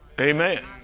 Amen